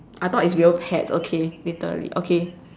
I thought is real pets okay literally okay